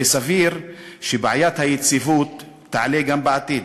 וסביר שבעיית היציבות תעלה גם בעתיד.